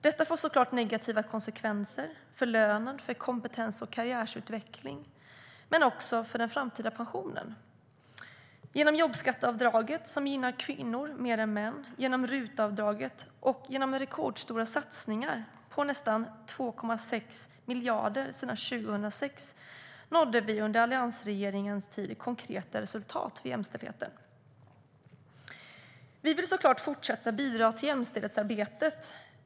Detta får såklart negativa konsekvenser för lönen och för kompetens och karriärutvecklingen men också för den framtida pensionen. Vi vill såklart fortsätta bidra till jämställdhetsarbetet.